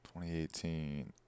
2018